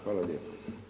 Hvala lijepa.